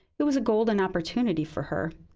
it was a golden opportunity for her.